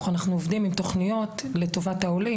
אנחנו עובדים עם תוכניות לטובת העולים,